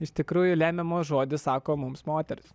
iš tikrųjų lemiamą žodį sako mums moters